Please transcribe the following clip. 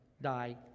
die